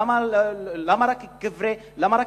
למה רק הקברים?